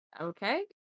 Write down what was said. Okay